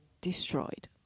destroyed